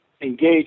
engage